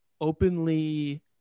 openly